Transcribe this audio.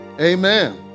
amen